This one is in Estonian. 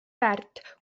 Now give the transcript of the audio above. väärt